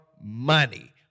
money